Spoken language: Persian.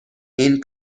این